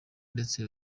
ndetse